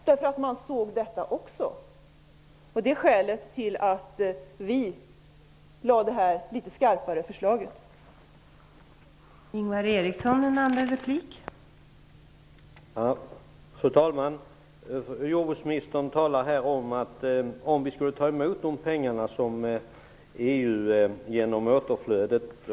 Även den borgerliga regeringen såg tendenserna. Det är skälet till att vi lade fram detta förslag som är litet skarpare.